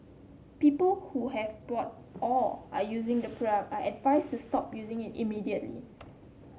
people who have bought or are using the product are advised to stop using it immediately